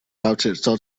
awdurdod